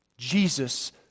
Jesus